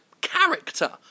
character